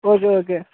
okay okay